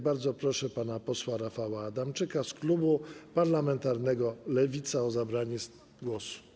Bardzo proszę pana posła Rafała Adamczyka z klubu poselskiego Lewica o zabranie głosu.